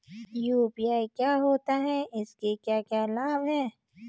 UPI क्या होता है इसके क्या क्या लाभ हैं?